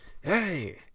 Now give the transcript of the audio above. hey